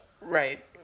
Right